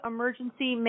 Emergency